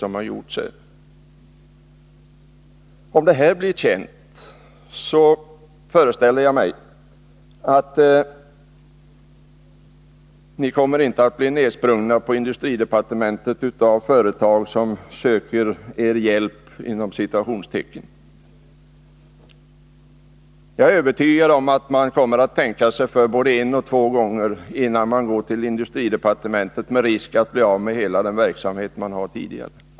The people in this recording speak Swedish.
Om det här blir känt föreställer jag mig att ni på industridepartementet inte kommer att bli nersprungna av företag som söker er ”hjälp”. Jag är övertygad om att man kommer att tänka sig för både en och två gånger innan man går till industridepartementet med risk för att bli av med hela den verksamhet man har.